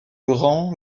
rang